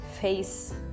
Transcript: face